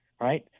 right